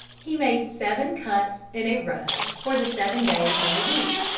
he made seven cuts in a row for the seven days in the week.